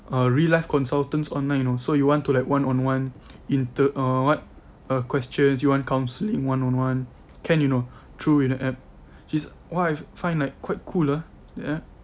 uh real life consultants online you know so you want to like one on one inte~ uh what uh questions you want counselling one on one can you know through the app s+which is what I find quite cool lah ya